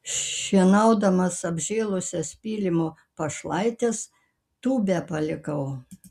šienaudamas apžėlusias pylimo pašlaites tūbę palikau